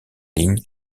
ligne